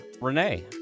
Renee